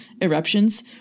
eruptions